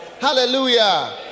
Hallelujah